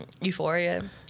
Euphoria